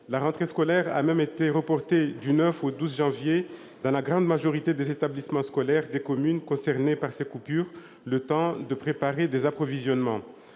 La rentrée scolaire a même été reportée du 9 au 12 janvier dans la grande majorité des établissements scolaires des communes concernées par ces coupures, le temps de préparer des approvisionnements.